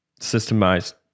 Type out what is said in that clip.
systemized